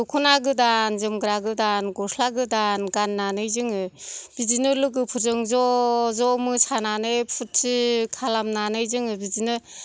दख'ना गोदान जोमग्रा गोदान गस्ला गोदान गाननानै जोङो बिदिनो लोगोफोरजों ज' ज' मोसानानै फुरथि खालामनानै जोङो बिदिनो